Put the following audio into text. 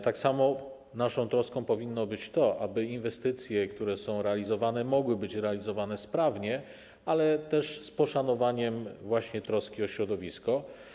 Tak samo naszą troską powinno być to, aby inwestycje, które są realizowane, mogły być realizowane sprawnie, ale też z poszanowaniem właśnie troski o środowisko.